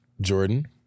Jordan